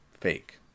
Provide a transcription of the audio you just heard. fake